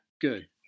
Good